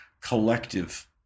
collective